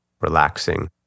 relaxing